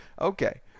Okay